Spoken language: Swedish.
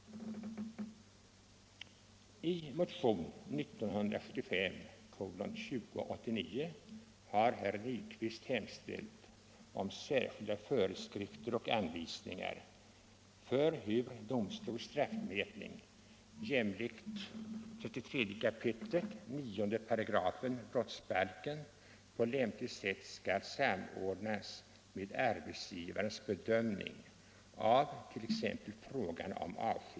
I motionen 2089 har herr Nyquist hemställt om särskilda föreskrifter och anvisningar för hur domstols straffmätning jämlikt 33 kap. 9 § brottsbalken på lämpligt sätt skall samordnas med arbetsgivarens bedömning av avskedandefrågan.